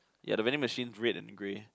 ya the vending machine is red and grey